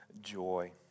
joy